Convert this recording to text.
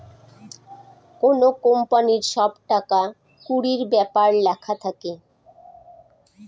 কোনো কোম্পানির সব টাকা কুড়ির ব্যাপার লেখা থাকে